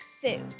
food